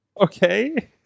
Okay